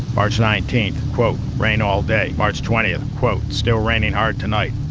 march nineteen, quote, rain all day. march twenty, ah quote, still raining hard tonight.